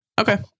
Okay